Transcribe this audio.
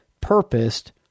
purposed